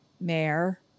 mayor